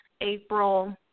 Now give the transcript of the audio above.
April